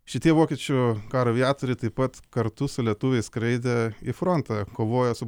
šitie vokiečių karo aviatoriai taip pat kartu su lietuviais skraidė į frontą kovojo su